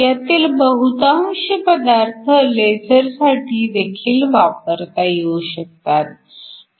ह्यातील बहुतांश पदार्थ लेझरसाठी देखील वापरता येऊ शकतात